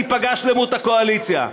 תיפגע שלמות הקואליציה.